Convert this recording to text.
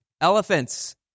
Elephants